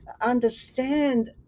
understand